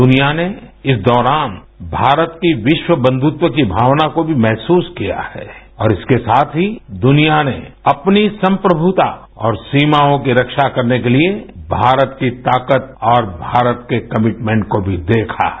दुनिया ने इस दौरान भारत की विश्व बंधुत्व की भावना को भी महसूस किया है और इसके साथ ही दुनिया ने अपनी संप्रमुता और सीमाओं की रहा करने के लिए भारत की ताकत और भारत के कमिटमेंट को भी देखा है